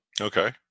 Okay